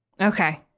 okay